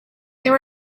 there